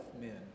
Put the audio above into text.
men